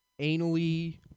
anally